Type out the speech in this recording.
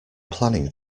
planning